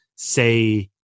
say